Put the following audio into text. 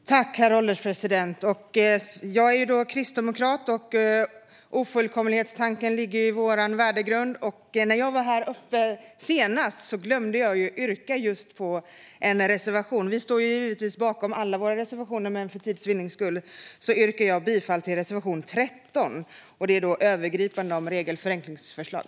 En förenklingspolitik för stärkt konkurrens-kraft, tillväxt och innovationsförmåga Herr ålderspresident! Jag är kristdemokrat, och ofullkomlighetstanken är ju en del i vår värdegrund. När jag stod här i talarstolen senast glömde jag just att yrka bifall till en reservation. Vi står givetvis bakom alla våra reservationer, men för tids vinnande yrkar jag bifall endast till reservation 13 om övergripande frågor om regelförenkling.